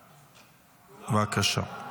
בבקשה,